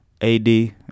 AD